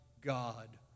God